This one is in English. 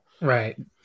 right